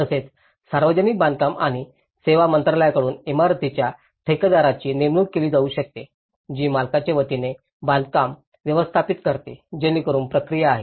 तसेच सार्वजनिक बांधकाम आणि सेवा मंत्रालयाकडून इमारतीच्या ठेकेदाराची नेमणूक केली जाऊ शकते जी मालकाच्या वतीने बांधकाम व्यवस्थापित करते जेणेकरून प्रक्रिया आहे